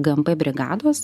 gmp brigados